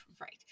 Right